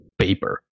paper